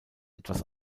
etwas